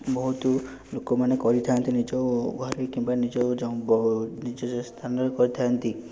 ବହୁତ ଲୋକମାନେ କରିଥାନ୍ତି ନିଜ ଘରେ କିମ୍ବା ନିଜ ସ୍ଥାନରେ କରିଥାନ୍ତି